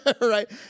right